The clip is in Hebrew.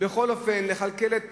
בכל אופן, לכלכל את